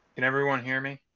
can everyone hear me?